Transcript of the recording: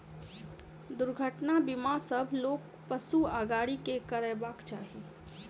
दुर्घटना बीमा सभ लोक, पशु आ गाड़ी के करयबाक चाही